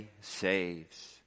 saves